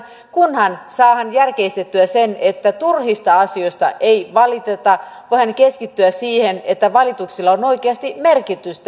kunhan saadaan järkeistettyä se että turhista asioista ei valiteta voidaan keskittyä siihen että valituksilla on oikeasti merkitystä